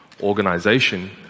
organization